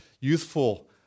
youthful